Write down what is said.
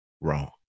wrong